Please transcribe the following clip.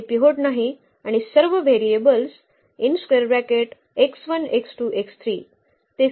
येथे पिव्होट नाही आणि सर्व व्हेरिएबल्स ते फ्री व्हेरिएबल्स आहेत